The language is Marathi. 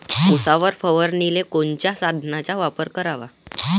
उसावर फवारनीले कोनच्या साधनाचा वापर कराव?